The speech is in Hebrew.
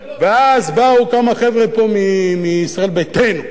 ואז באו כמה חבר'ה פה, מישראל ביתנו,